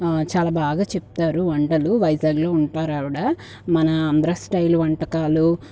చాలా బాగా చెప్తారు వంటలు వైజాగ్లో ఉంటారావిడ మన ఆంధ్ర స్టైల్ వంటకాలు